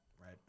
right